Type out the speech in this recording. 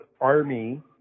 army